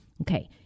Okay